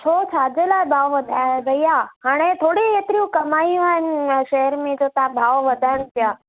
छो छाजे लाइ भाव वधाया भैया हाणे थोड़ियूं एतिरियूं कमायूं आहिनि या शेहर में त तव्हां भाव वधनि पिया